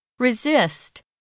Resist